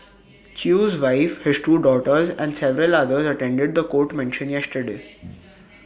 chew's wife his two daughters and several others attended The Court mention yesterday